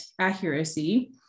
accuracy